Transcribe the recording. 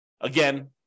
Again